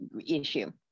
issue